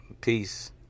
Peace